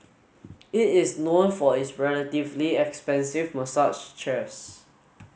it is known for its relatively expensive massage chairs